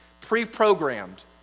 pre-programmed